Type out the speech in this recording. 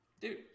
Dude